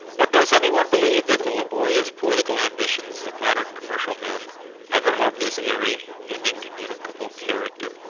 but does any one believe that the laborious political ambitions of modern commercial men ever have this airy and incommunicable character?